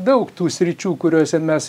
daug tų sričių kuriose mes